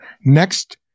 Next